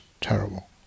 terrible